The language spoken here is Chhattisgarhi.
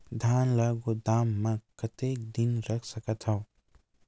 धान ल गोदाम म कतेक दिन रख सकथव?